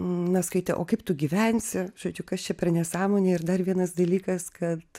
na skaitė o kaip tu gyvensi žodžiu kas čia per nesąmonė ir dar vienas dalykas kad